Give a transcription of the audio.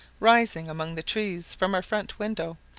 rising among the trees, from our front window,